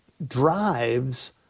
drives